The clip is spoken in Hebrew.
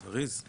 זה מה